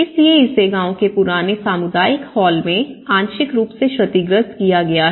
इसलिए इसे गाँव के पुराने सामुदायिक हॉल में आंशिक रूप से क्षतिग्रस्त किया गया है